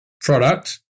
product